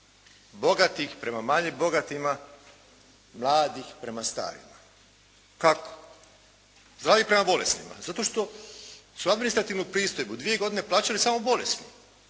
bogatih prema manje bogatima, mladih prema starima. Kako? Zdravih prema bolesnima? Zato što su administrativnu pristojbu plaćali samo bolesni!